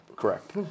Correct